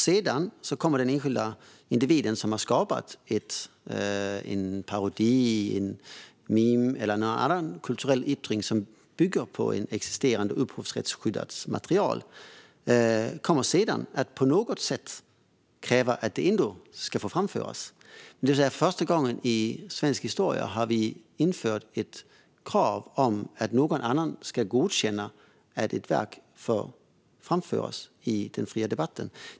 Sedan kommer den enskilda individen som har skapat en parodi, ett mem eller en annan kulturell yttring som bygger på existerande, upphovsrättsskyddat material att kräva att det ändå ska få framföras. För första gången i svensk historia har vi alltså infört ett krav att någon annan ska godkänna när ditt verk får framföras i den fria debatten.